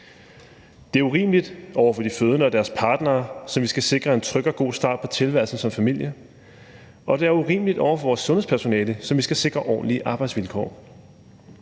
Det er urimeligt over for de fødende og deres partnere, som vi skal sikre en tryg og god start på tilværelsen som familie, og det er urimeligt over for vores sundhedspersonale, som vi skal sikre ordentlige arbejdsvilkår.